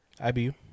IBU